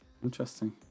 Interesting